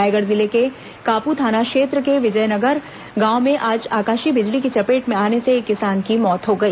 रायगढ़ जिले के कापू थाना क्षेत्र के विजयनगर गांव में आज आकाशीय बिजली की चपेट में आने से एक किसान की मौत हो गई